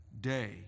day